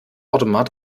automat